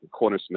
Cornersmith